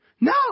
no